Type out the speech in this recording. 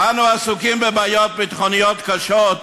אנו עסוקים בבעיות ביטחוניות קשות,